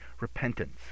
repentance